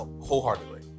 wholeheartedly